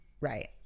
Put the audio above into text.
Right